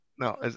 No